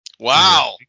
Wow